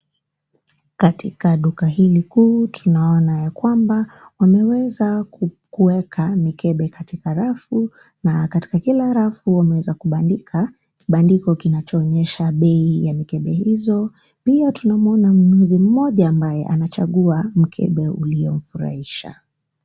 Katika duka hili kuu tunaona ya kwamba wanaweza kuweka mikebe katika rafu na katika kila rafu wameweza kubandika kibandiko kinachoonyesha bei ya mikebe hizo, pia tunamuona mnunuzi mmoja ambaye anachagua mkebe uliomfurahisha.